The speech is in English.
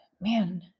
man